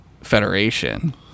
Federation